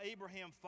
Abraham